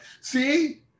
See